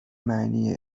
معنی